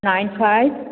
nine five